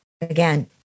again